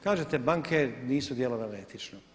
Kažete banke nisu djelovale etično.